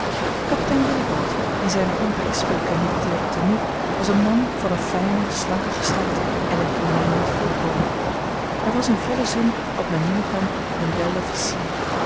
kapitein willibald in zijne onberispelijke militaire tenue was een man van eene fijne slanke gestalte en een innemend voorkomen hij was in vollen zin wat men noemen kan un